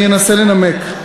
אני אנסה לנמק.